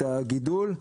את הגידול,